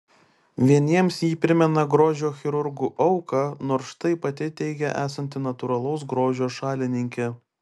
vieniems ji primena grožio chirurgų auką nors štai pati teigia esanti natūralaus grožio šalininkė